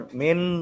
main